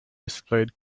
displayed